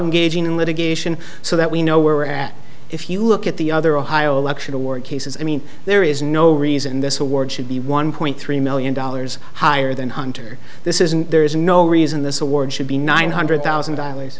engaging in litigation so that we know where we're at if you look at the other ohio election award cases i mean there is no reason this award should be one point three million dollars higher than hunter this isn't there is no reason this award should be nine hundred thousand dollars